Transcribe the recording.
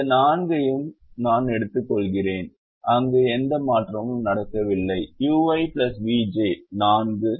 இந்த நான்கையும் நான் எடுத்துக்கொள்கிறேன் அங்கு எந்த மாற்றமும் நடக்கவில்லை ui vj 4 8 4 is 4